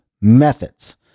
methods